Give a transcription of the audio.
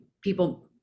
people